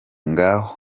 ngaho